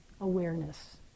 awareness